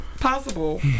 possible